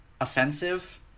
offensive